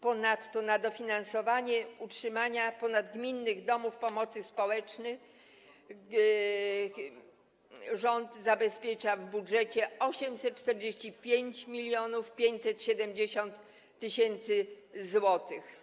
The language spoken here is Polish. Ponadto na dofinansowanie utrzymania ponadgminnych domów pomocy społecznej rząd zabezpiecza w budżecie 845 570 tys. zł.